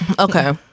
Okay